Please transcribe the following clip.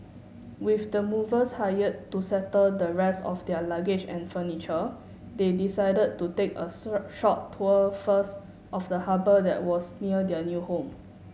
with the movers hired to settle the rest of their luggage and furniture they decided to take a short tour first of the harbour that was near their new home